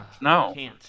No